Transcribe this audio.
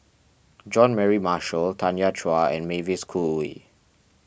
Jean Mary Marshall Tanya Chua and Mavis Khoo Oei